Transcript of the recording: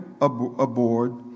aboard